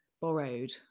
borrowed